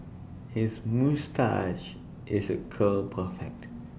his moustache is A curl perfect